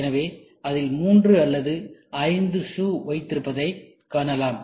எனவே அதில் மூன்று அல்லது ஐந்து ஷூ வைத்திருப்பதை காணலாம்